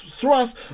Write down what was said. thrust